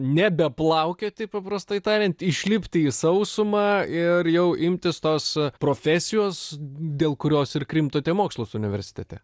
nebeplaukioti paprastai tariant išlipti į sausumą ir jau imtis tos profesijos dėl kurios ir krimtote mokslus universitete